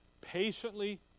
Patiently